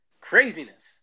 Craziness